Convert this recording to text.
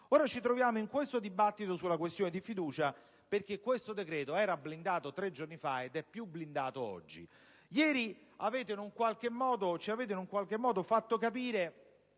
Ora ci troviamo a svolgere un dibattito sulla questione di fiducia perché questo decreto era blindato tre giorni fa ed è più blindato oggi. Ieri ci avete in qualche modo fatto capire